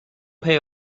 pay